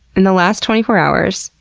in the last twenty four hours,